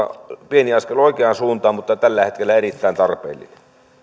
pieni askel oikeaan suuntaan ja tällä hetkellä erittäin tarpeellinen